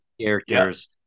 characters